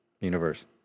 universe